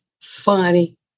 Funny